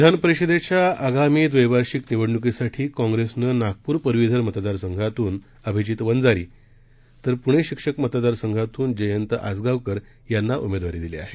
विधान परिषदेच्या आगामी द्वैवार्षिक निवडणुकीसाठी काँग्रेसनं नागपूर पदवीधर मतदारसंघातून अभिजित वंजारी तर पुणे शिक्षक मतदारसंघातून जयंत आसगावकर यांनी अमेदवारी दिली आहे